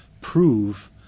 prove